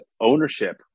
ownership